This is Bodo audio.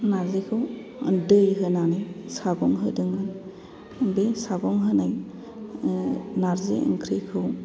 नार्जिखौ दै होनानै सागं होदोंमोन बे सागं होनाय नार्जि ओंख्रिखौ